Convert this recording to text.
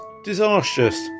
Disastrous